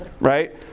right